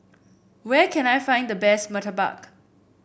where can I find the best murtabak